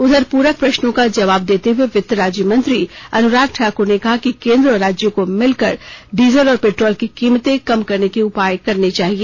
उधर पूरक प्रश्नों का जवाब देते हुए वित्त राज्यमंत्री अनुराग ठाकर ने कहा कि केंद्र और राज्यों को मिलकर डीजल और पेट्रोल की कीमते कम करने के उपाय करने चाहिए